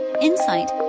insight